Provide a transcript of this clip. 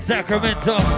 Sacramento